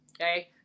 Okay